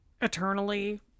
eternally